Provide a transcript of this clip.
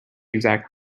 exact